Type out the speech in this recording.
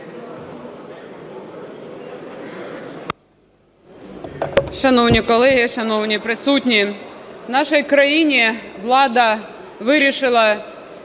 Шановні колеги, шановні присутні, в нашій країні влада вирішила,